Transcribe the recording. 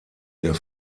der